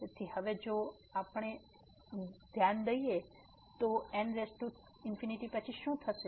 તેથી જો હવે આપણે આ પર ધ્યાન કેન્દ્રિત કરી શકીએ કે n→ ∞ પછી શું થશે